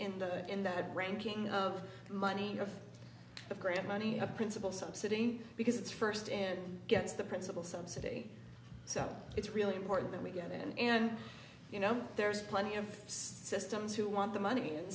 and in that ranking of money of the grant money a principal subsidy because it's first and gets the principal subsidy so it really important that we get in and you know there's plenty of systems who want the money